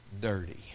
dirty